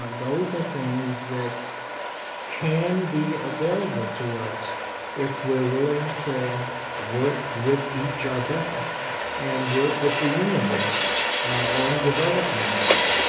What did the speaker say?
those are things that can be available to us if we're willing to work with each other and work with the universe on developing them.